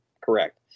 correct